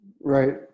Right